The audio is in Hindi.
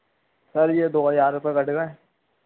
सर ये दो हजार रुपये कट गए